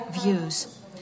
views